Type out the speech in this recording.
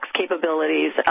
capabilities